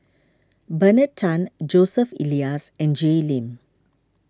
Bernard Tan Joseph Elias and Jay Lim